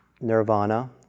nirvana